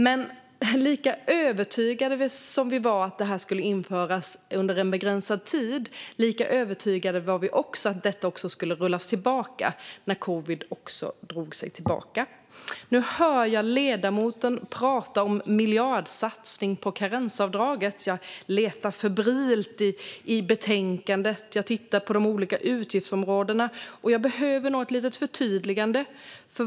Men lika övertygade som vi var om att detta skulle införas under en begränsad tid var vi om att det skulle rullas tillbaka när covid drog sig tillbaka. Nu hör jag ledamoten prata om en miljardsatsning på karensavdraget. Jag letar febrilt i betänkandet och tittar på de olika utgiftsområdena, och jag behöver nog ett litet förtydligande.